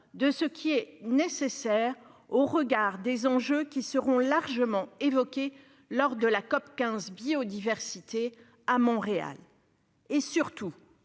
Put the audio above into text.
de ce qui est nécessaire au regard des enjeux qui seront largement évoqués lors de la COP15 biodiversité à Montréal. Surtout,